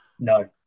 No